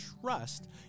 trust